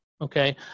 okay